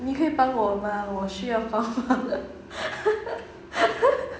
你可以帮我吗我需要帮忙